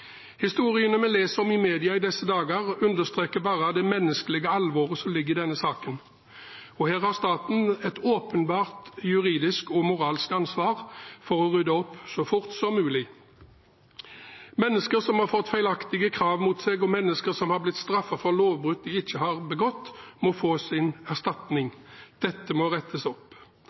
Historiene vi leser om i media i disse dager, understreker bare det menneskelige alvoret som ligger i denne saken, og her har staten et åpenbart juridisk og moralsk ansvar for å rydde opp så fort som mulig. Mennesker som har fått feilaktige krav mot seg, og mennesker som har blitt straffet for lovbrudd de ikke har begått, må få sin erstatning. Dette må rettes opp.